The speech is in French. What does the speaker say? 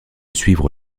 suivre